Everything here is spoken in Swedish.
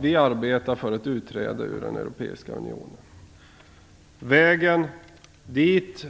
Vi arbetar för ett utträde ur den europeiska unionen. Vilken är då vägen dit?